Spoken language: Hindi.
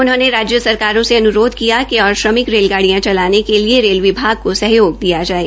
उन्होंने राज्य सरकारों से अन्राध किया कि और श्रमिक रेलगाड्डियां चलाने के लिए रेल विभाग का सहयाग दिया जाये